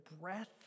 breath